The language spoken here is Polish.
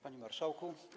Panie Marszałku!